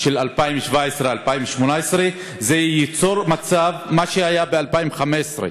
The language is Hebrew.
של 2017 2018. זה ייצור מצב כפי שהיה ב-2015,